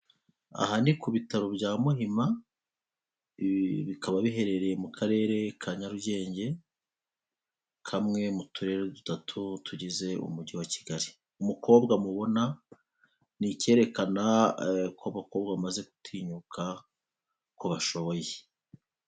Aha ni ku bitaro bya Muhima, ibi bikaba biherereye mu karere ka Nyarugenge kamwe mu turere dutatu tugize umugi wa Kigali. Umukobwa mubona ni ikerekana ko abakobwa bamaze gutinyuka ko bashoboye.